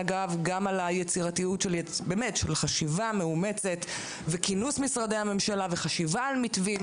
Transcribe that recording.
גם על היצירתיות של חשיבה מאומצת וכינוס משרדי הממשלה וחשיבה על מתווים.